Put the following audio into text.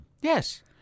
Yes